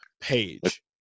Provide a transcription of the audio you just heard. page